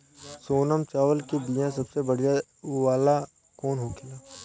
सोनम चावल के बीया सबसे बढ़िया वाला कौन होखेला?